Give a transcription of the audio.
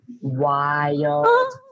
wild